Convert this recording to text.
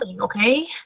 Okay